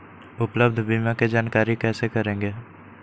उपलब्ध बीमा के जानकारी कैसे करेगे?